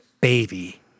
baby